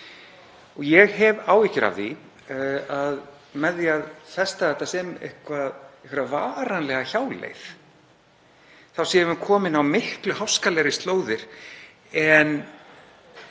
er. Ég hef áhyggjur af því að með því að festa þetta sem einhverja varanlega hjáleið séum við komin á miklu háskalegri slóðir en